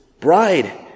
bride